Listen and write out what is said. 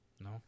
No